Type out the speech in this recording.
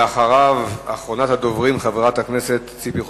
ואחריו, אחרונת הדוברים, חברת הכנסת ציפי חוטובלי.